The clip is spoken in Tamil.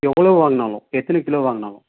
எவ்வளோ வாங்கினாலும் எத்தினை கிலோ வாங்கினாலும்